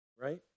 Right